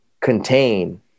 contain